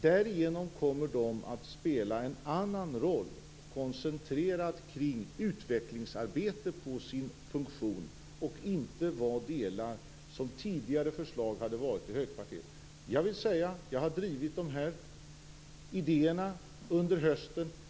Därigenom kommer generalinspektörerna att spela en annan roll, koncentrerad kring utvecklingsarbetet på sin funktion, och inte vara delar i högkvarteret, som tidigare förslag inneburit. Jag har drivit de här idéerna under hösten.